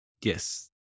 Yes